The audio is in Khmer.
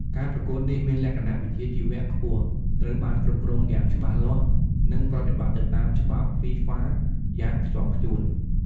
ការប្រកួតនេះមានលក្ខណៈវិជ្ជាជីវៈខ្ពស់ ត្រូវបានគ្រប់គ្រងយ៉ាងច្បាស់លាស់ និងប្រតិបត្តិទៅតាមច្បាប់ FIFA យ៉ាងខ្ជាប់ខ្ជួន។